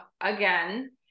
again